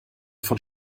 von